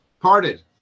parted